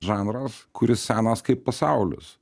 žanras kuris senas kaip pasaulis